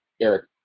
Eric